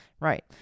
right